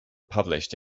published